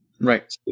Right